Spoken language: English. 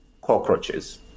cockroaches